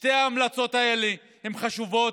שתי ההמלצות האלה חשובות,